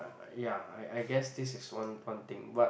uh yeah I I guess this is one one thing but